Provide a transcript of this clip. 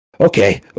okay